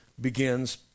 begins